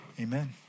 amen